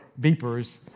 beepers